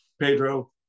pedro